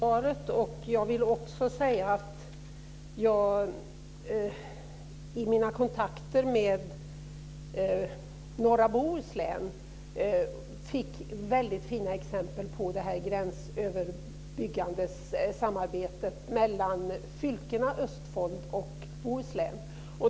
Fru talman! Jag tackar för svaret. I mina kontakter med norra Bohuslän fick jag fina exempel på det gränsöverbryggande samarbetet mellan fylket Østfold och Bohuslän.